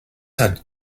hat